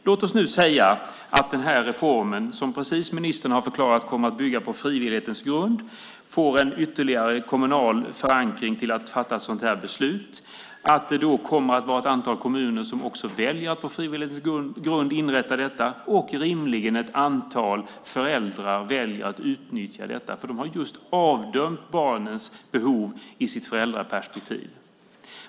Låt oss nu säga att den här reformen, som ministern precis har förklarat kommer att bygga på frivillighetens grund, får en ytterligare kommunal förankring när det gäller att fatta ett sådant här beslut, att det kommer att vara ett antal kommuner som också väljer att på frivillighetens grund inrätta detta och rimligen ett antal föräldrar som väljer att utnyttja detta, för de har just avdömt barnens behov ur sitt föräldraperspektiv.